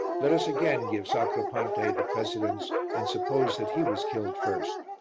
let us again give sacripante the precedence and suppose that he was killed first.